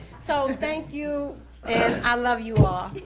so thank you and i love you all.